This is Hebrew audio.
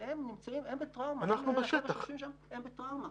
כשהם, נותני השירות, בטראומה.